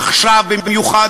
עכשיו במיוחד,